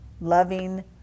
loving